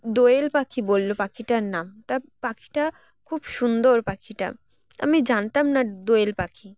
দোয়েল পাখি বললো পাখিটার নাম তা পাখিটা খুব সুন্দর পাখিটা আমি জানতাম না দোয়েল পাখি